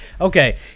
okay